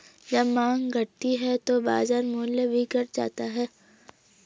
जब माँग घटती है तो बाजार मूल्य भी घट जाता है